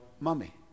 mummy